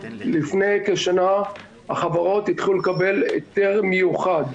לפני כשנה החברות התחילו לקבל היתר מיוחד,